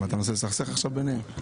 אתה מנסה לסכסך עכשיו ביניהם?